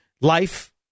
life